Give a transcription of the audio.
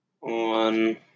on